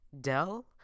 Dell